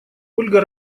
ольга